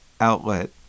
outlet